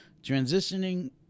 Transitioning